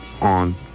on